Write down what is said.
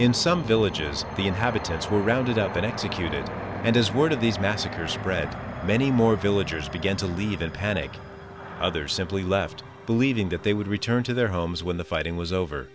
in some villages the inhabitants were rounded up and executed and as word of these massacres spread many more villagers began to leave in panic others simply left believing that they would return to their homes when the fighting was over